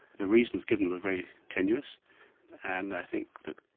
the reasons given were very tenuous and i think that.